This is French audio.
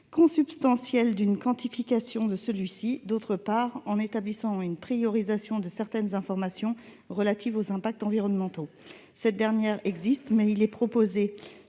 consubstantielle d'une quantification de celui-ci et, d'autre part, en établissant une priorité entre certaines informations relatives aux impacts environnementaux. Cette priorité existe, mais il est proposé